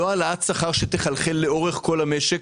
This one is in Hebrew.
לא העלאת שכר שתחלחל לאורך כל המשק,